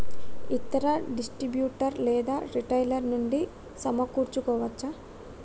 ఇతర డిస్ట్రిబ్యూటర్ లేదా రిటైలర్ నుండి సమకూర్చుకోవచ్చా?